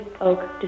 Oak